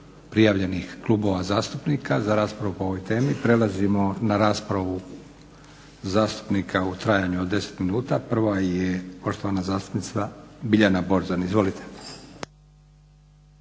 prijavljenih klubova zastupnika za raspravu po ovoj temi. Prelazimo na raspravu zastupnika u trajanju od 10 minuta. Prva je poštovana zastupnica Biljana Borzan. Izvolite.